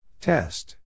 Test